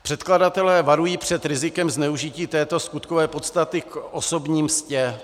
Předkladatelé varují před rizikem zneužití této skutkové podstaty k osobní mstě.